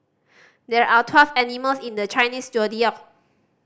there are twelve animals in the Chinese Zodiac